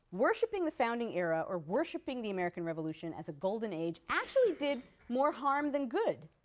worshipping the founding era, or worshipping the american revolution, as a golden age actually did more harm than good.